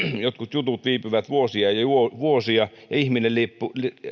jotkut jutut viipyvät vuosia ja vuosia ja ihminen riippuu